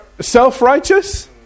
self-righteous